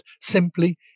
simply